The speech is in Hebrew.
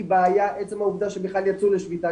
זה היה עצם זה שהם בכלל יצאו לשביתה,